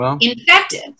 infected